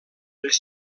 les